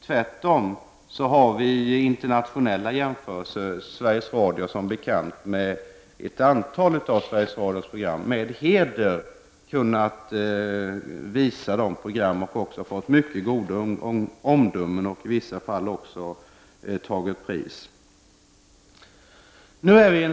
Tvärtom har som bekant ett antal av Sveriges Radios program med heder kunnat visas utomlands och fått mycket goda omdömen och i vissa fall även fått pris.